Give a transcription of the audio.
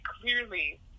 clearly